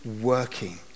working